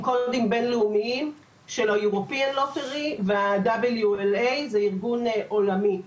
עם קודים בינלאומיים של ה- European Lottery וה- WLAשהוא ארגון עולמי.